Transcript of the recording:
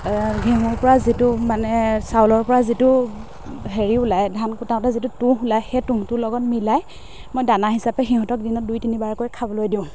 ঘেঁহুৰ পৰা যিটো মানে চাউলৰ পৰা যিটো হেৰি ওলায় ধান ফুটাওতে যিটো টুঁহ ওলায় সেই টুঁহটোৰ লগত মিলাই মই দানা হিচাপে সিহঁতক দিনত দুই তিনিবাৰ কৈ খাবলৈ দিওঁ